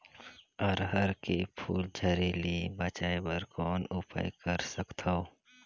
अरहर के फूल झरे ले बचाय बर कौन उपाय कर सकथव?